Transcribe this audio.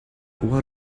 what